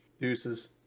Deuces